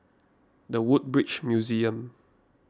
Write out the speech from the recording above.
the Woodbridge Museum